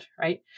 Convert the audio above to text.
right